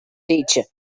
teacher